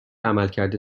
عملکرد